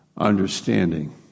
understanding